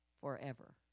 forever